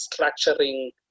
structuring